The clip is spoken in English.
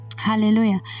Hallelujah